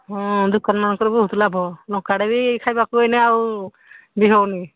ହଁ ଦୋକାନମାନଙ୍କର ବହୁତ ଲାଭ ଲଙ୍କାଟେ ବି ଖାଇବାକୁ ଏଇନେ ଆଉ ବି ହଉନି